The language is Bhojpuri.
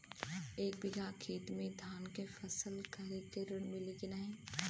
एक बिघा खेत मे धान के फसल करे के ऋण मिली की नाही?